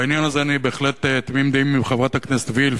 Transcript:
בעניין הזה אני בהחלט תמים דעים עם חברת הכנסת וילף,